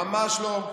ממש לא.